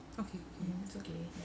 okay okay